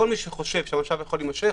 מי שחושב שהמצב יכול להימשך,